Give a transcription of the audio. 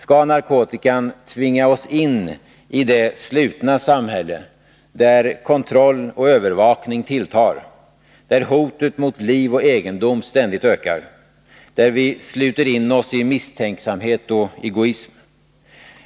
Skall narkotikan tvinga oss in i det slutna samhälle där kontroll och övervakning tilltar, där hotet mot liv och egendom ständigt ökar, där vi sluter in oss i misstänksamhet och egoism?